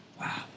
wow